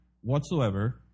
whatsoever